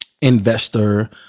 investor